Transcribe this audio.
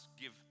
give